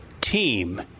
team